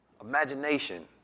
Imagination